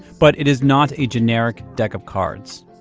but it is not a generic deck of cards.